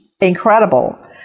incredible